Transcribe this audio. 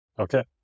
Okay